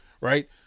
right